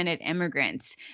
immigrants